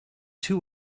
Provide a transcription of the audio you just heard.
two